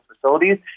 facilities